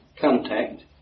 contact